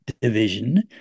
division